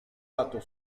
lato